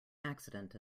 accident